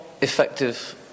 effective